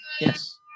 Yes